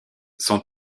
son